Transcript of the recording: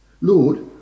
Lord